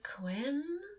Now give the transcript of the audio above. Quinn